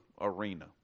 arena